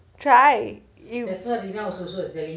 try if